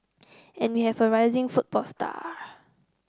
and we have a rising football star